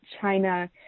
China